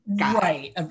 right